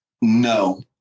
No